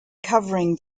covering